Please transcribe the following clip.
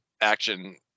action